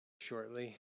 shortly